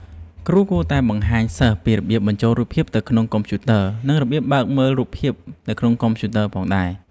គ្រូគួរតែបង្ហាញសិស្សពីរបៀបបញ្ចូលរូបភាពទៅក្នុងកុំព្យូទ័រ និងរបៀបបើកមើលរូបភាពនៅក្នុងកុំព្យូទ័រផងដែរ។